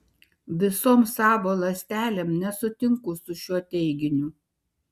visom savo ląstelėm nesutinku su šiuo teiginiu